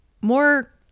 more